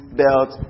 belt